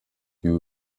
you